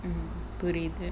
mm புரிது:purithu